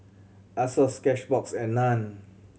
Asos Cashbox and Nan